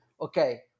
okay